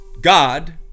God